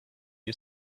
you